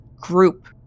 group